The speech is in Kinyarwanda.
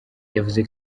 yavuze